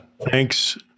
Thanks